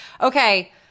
Okay